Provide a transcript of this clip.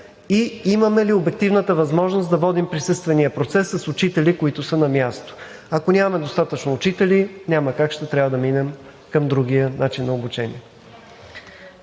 и имаме ли обективната възможност да водим присъствения процес с учители, които са на място? Ако няма достатъчно учители, няма как – ще трябва да минем към другия начин на обучение.